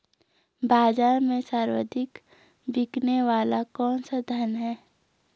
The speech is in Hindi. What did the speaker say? बाज़ार में सर्वाधिक बिकने वाला कौनसा धान है?